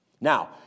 Now